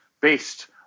based